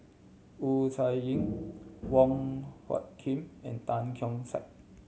Wu Tsai Yen Wong Hung Khim and Tan Keong Saik